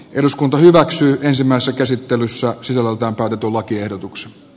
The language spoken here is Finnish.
eduskunta hyväksyi ensimmäisen käsittelyssä sisällöltään rokotulakiehdotukset